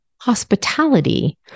Hospitality